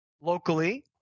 locally